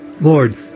Lord